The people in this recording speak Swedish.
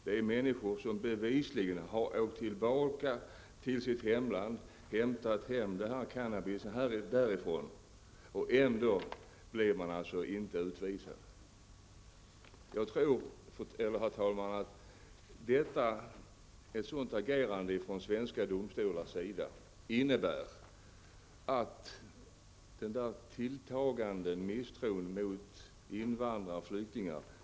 Det rör sig om människor som bevisligen har åkt tillbaka till sitt hemland och hämtat cannabis, och ändå blir de inte utvisade. Herr talman! Jag tror att ett agerande av detta slag från svenska domstolars sida innebär att misstron mot invandrare och flyktingar tilltar.